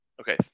okay